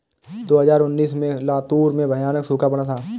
दो हज़ार उन्नीस में लातूर में भयानक सूखा पड़ा था